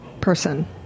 person